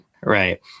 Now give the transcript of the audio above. right